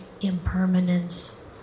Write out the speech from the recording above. impermanence